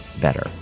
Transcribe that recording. better